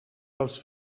dels